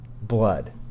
blood